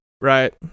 right